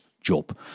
job